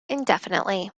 indefinitely